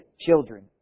children